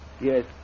Yes